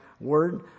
word